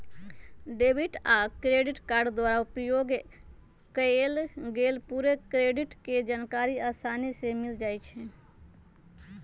debit आ credit card द्वारा उपयोग कएल गेल पूरे क्रेडिट के जानकारी असानी से मिल जाइ छइ